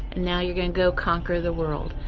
and now you're going to go conquer the world.